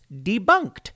debunked